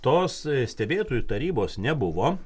tos stebėtojų tarybos nebuvo